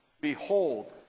Behold